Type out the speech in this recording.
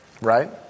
right